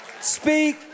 Speak